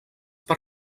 per